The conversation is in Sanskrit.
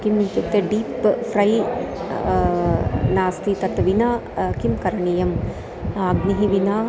किम् इयुक्ते डीप् फ़्रै नास्ति तत् विना किं करणीयम् अग्निना विना